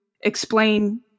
explain